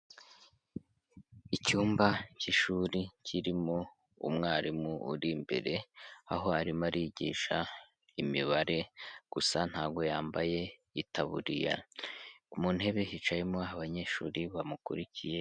Icyumba cy'ishuri kirimo umwarimu uri imbere, aho arimo arigisha imibare gusa ntabwo yambaye itaburiya, mu ntebe hicayemo abanyeshuri bamukurikiye.